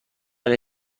alle